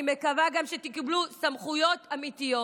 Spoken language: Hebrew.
אני מקווה גם שתקבלו סמכויות אמיתיות.